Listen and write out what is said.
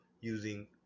using